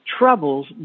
Troubles